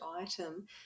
item